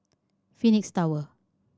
Phoenix Tower